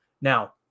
now